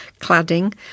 cladding